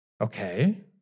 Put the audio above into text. Okay